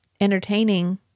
entertaining